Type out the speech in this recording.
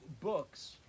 books